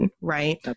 right